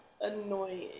annoying